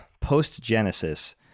post-Genesis